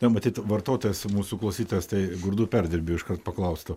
ne matyt vartotojas mūsų klausytojas tai grūdų perdirbėjų iškart paklaustų